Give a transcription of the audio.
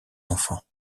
enfants